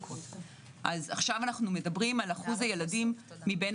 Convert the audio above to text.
עכשיו אנחנו מדברים על אחוז הילדים מבין